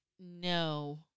no